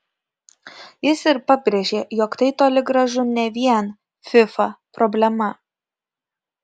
jis ir pabrėžė jog tai toli gražu ne vien fifa problema